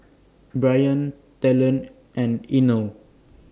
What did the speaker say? Bryon Talen and Inell